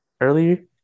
earlier